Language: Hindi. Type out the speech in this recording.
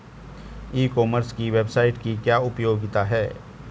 ई कॉमर्स की वेबसाइट की क्या उपयोगिता है?